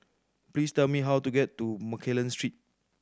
please tell me how to get to Mccallum Street